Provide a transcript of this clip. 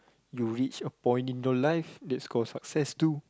you reach a point in your life that's call success too